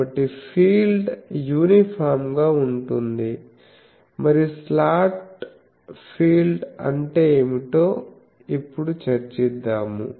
కాబట్టి field uniform గా ఉంటుంది మరియు స్లాట్ ఫీల్డ్ అంటే ఏమిటో ఇప్పుడు చర్చిద్దాము